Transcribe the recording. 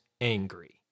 angry